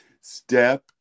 Step